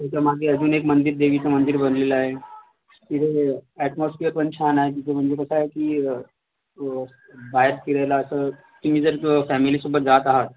त्याच्यामागे अजून एक मंदिर देवीचं मंदिर बनलेलं आहे तिथं हे अॅटमॉस्फियर पण छान आहे तिथं म्हणजे कसं आहे की बाहेर फिरायला असं तुम्ही जर फॅमिलीसोबत जात आहात